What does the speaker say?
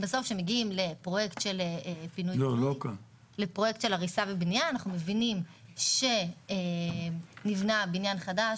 בסוף כשמגיעים לפרויקט של הריסה ובניה אנחנו מבינים שנבנה בניין חדש,